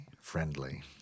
friendly